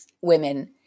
women